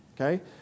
Okay